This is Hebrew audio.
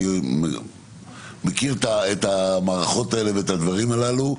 אני מכיר את המערכות האלה ואת הדברים הללו,